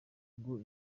ngo